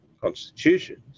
constitutions